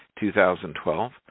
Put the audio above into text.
2012